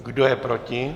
Kdo je proti?